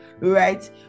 right